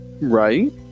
right